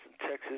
Texas